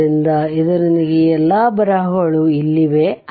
ಆದ್ದರಿಂದ ಇದರೊಂದಿಗೆ ಈ ಎಲ್ಲಾ ಬರಹಗಳು ಇಲ್ಲಿವೆ